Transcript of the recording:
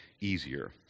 easier